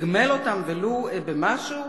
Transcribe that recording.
לתגמל אותם, ולו במשהו?